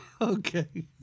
Okay